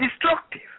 destructive